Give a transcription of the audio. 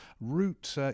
Route